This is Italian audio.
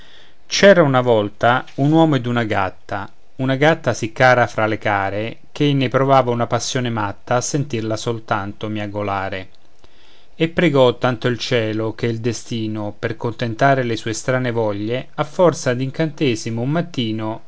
c'era una volta un uomo ed una gatta una gatta sì cara fra le care ch'ei ne provava una passione matta a sentirla soltanto miagolare e pregò tanto il cielo che il destino per contentare le sue strane voglie a forza d'incantesimo un mattino